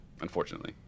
unfortunately